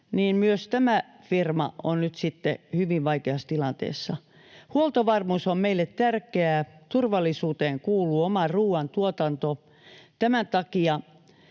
niin myös tämä firma on nyt sitten hyvin vaikeassa tilanteessa. Huoltovarmuus on meille tärkeää. Turvallisuuteen kuuluu oma ruuantuotanto. Tämän takia